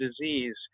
disease